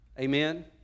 Amen